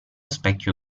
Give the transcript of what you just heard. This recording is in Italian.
specchio